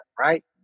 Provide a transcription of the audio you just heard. right